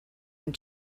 and